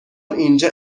اینجا